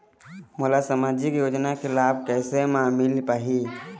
मोला सामाजिक योजना के लाभ कैसे म मिल पाही?